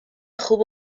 خوب